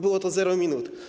Było to zero minut.